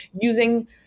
using